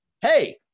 Hey